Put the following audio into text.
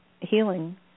healing